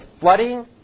flooding